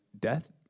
death